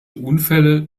unfälle